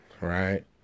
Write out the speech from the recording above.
right